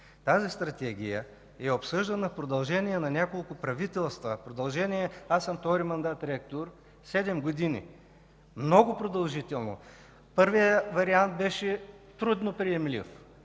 Тази Стратегия е обсъждана в продължение на няколко правителства. Аз съм втори мандат ректор. Седем години – много продължително. Първият вариант беше трудно приемлив.